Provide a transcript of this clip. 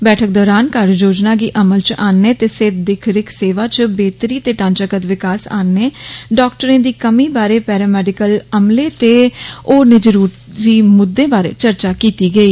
बैठक दौरान कार्य योजना गी अमल च आन्ने ते सेहत दिक्ख रिक्ख सेवा च बेहतरी ते ढांचागत विकास आनने डाक्टरें दी कमी बारै पैरामैडिकल अमले ते होरनें ज़रुरी मुद्दें बारै चर्चा किती गेई